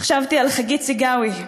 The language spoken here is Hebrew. חשבתי על חגית סיגאווי,